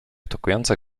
tokujące